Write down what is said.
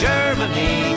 Germany